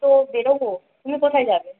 তো বেরোব তুমি কোথায় যাবে